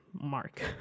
mark